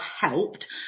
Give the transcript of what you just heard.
helped